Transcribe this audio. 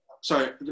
sorry